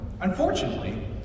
Unfortunately